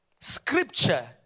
Scripture